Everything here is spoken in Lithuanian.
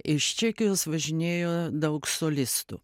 iš čekijos važinėjo daug solistų